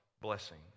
blessing